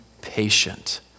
patient